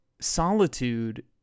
solitude